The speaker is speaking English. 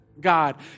God